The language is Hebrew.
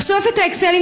לחשוף את ה"אקסלים",